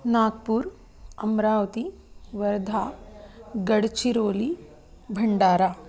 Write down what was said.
Nagpur Amravati Wardha Gadchiroli Bhandara